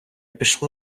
пішла